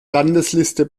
landesliste